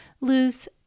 Lose